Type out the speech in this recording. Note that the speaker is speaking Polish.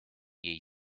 jej